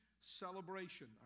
celebration